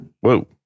Whoa